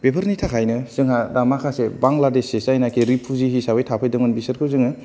बेफोरनि थाखायनो जोंहा दा माखासे बांलादेशिस जायनाखि रिफुजि हिसाबै दोनफैदोंमोन बिसोरखौ जोङो